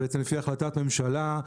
לפי החלטת ממשלה,